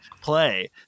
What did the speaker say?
play